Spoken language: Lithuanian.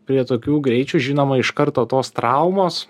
prie tokių greičių žinoma iš karto tos traumos